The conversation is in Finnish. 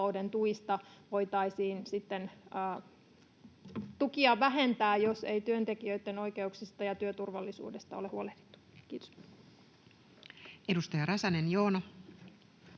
tuista voitaisiin sitten tukia vähentää, jos ei työntekijöitten oikeuksista ja työturvallisuudesta ole huolehdittu? — Kiitos. Edustaja Räsänen, Joona.